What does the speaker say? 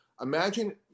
Imagine